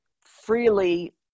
freely